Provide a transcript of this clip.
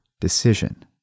decision